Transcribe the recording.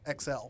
XL